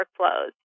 workflows